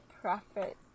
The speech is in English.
prophet